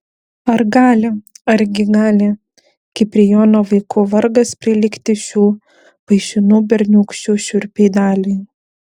ar gali argi gali kiprijono vaikų vargas prilygti šių paišinų berniūkščių šiurpiai daliai